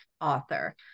Author